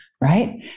right